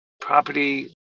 property